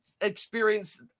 experience